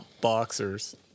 boxers